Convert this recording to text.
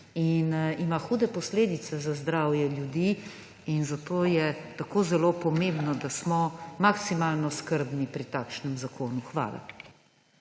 in ima hude posledice za zdravje ljudi. Zato je tako zelo pomembno, da smo maksimalno skrbni pri takšnem zakonu. Hvala.